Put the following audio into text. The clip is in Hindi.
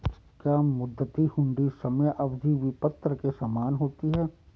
क्या मुद्दती हुंडी समय अवधि विपत्र के समान होती है?